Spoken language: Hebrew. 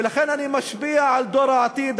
ולכן אני משפיע על דור העתיד,